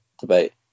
debate